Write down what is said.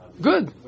Good